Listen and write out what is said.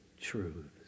truths